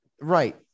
Right